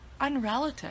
unrelative